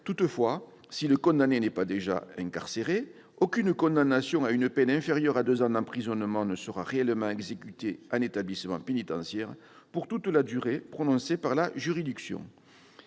toutefois que si le condamné n'est pas déjà incarcéré aucune condamnation à une peine inférieure à deux ans d'emprisonnement ne sera réellement exécutée en établissement pénitentiaire pour toute la durée prononcée par la juridiction.